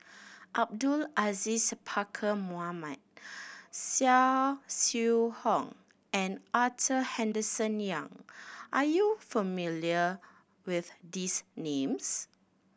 Abdul Aziz Pakkeer Mohamed Swee Hock and Arthur Henderson Young are you familiar with these names